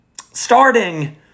starting